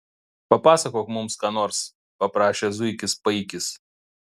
papasakok mums ką nors paprašė zuikis paikis